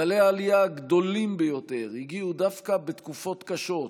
גלי העלייה הגדולים ביותר הגיעו דווקא בתקופות קשות,